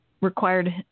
required